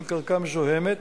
מזוהמות,